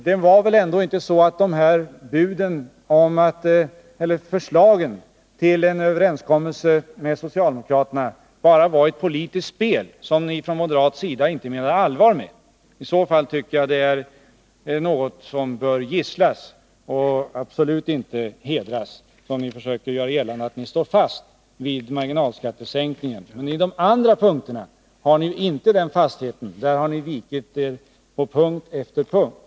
Det var väl ändå inte så att förslaget till en överenskommelse med socialdemokraterna bara var ett politiskt spel, som ni från moderat sida inte menade allvar med? I så fall tycker jag att det är något som bör gisslas och absolut inte hedras så som när ni försöker göra gällande att ni står fast vid marginalskattesänkningen. På de andra punkterna har ni inte den fastheten. Där har ni vikit er på punkt efter punkt.